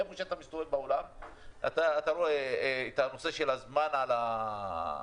איפה שאתה מסתובב בעולם אתה רואה את הנושא של הזמן על הרמזורים.